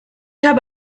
habe